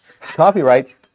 Copyright